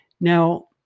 Now